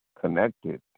connected